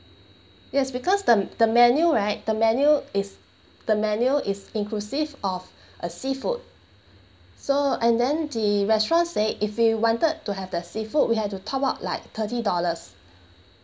yes because the the menu right the menu is the menu is inclusive of a seafood so and then the restaurant say if we wanted to have the seafood we had to top up like thirty dollars